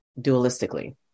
dualistically